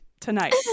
Tonight